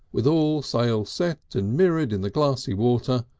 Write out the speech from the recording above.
with all sails set and mirrored in the glassy water,